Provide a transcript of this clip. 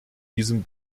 diesem